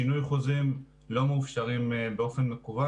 שינוי חוזים לא מאופשרים באופן מקוון.